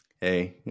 Hey